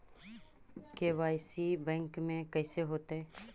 KYC bank में कैसे होतै?